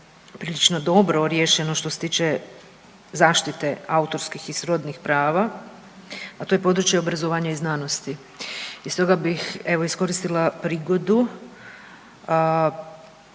koje je dobro riješeno što se tiče zaštite autorskih i srodnih prava a to je područje obrazovanja i znanosti. I stoga bih evo iskoristila prigodu